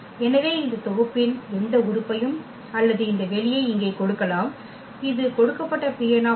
எனவே இந்த தொகுப்பின் எந்த உறுப்பையும் அல்லது இந்த வெளியை இங்கே கொடுக்கலாம் இது கொடுக்கப்பட்ட Pn